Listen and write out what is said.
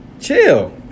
chill